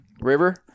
River